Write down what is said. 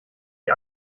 die